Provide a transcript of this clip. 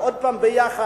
ועוד פעם ביחד,